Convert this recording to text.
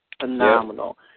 Phenomenal